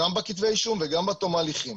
גם בכתבי האישום וגם בתום ההליכים.